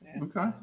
okay